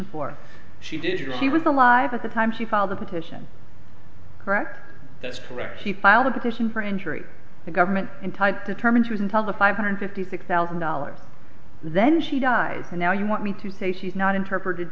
know he was alive at the time she filed the petition correct that's correct she filed a petition for injury the government in type determines who can tell the five hundred fifty six thousand dollars then she died and now you want me to say she's not interpreted